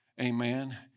amen